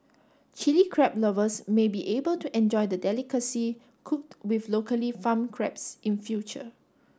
Chilli Crab lovers may be able to enjoy the delicacy cooked with locally farmed crabs in future